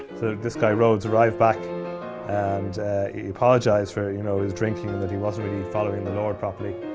so this guy rhodes arrives back and he apologizes for you know his drinking and that he wasn't really following the lord properly